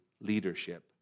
leadership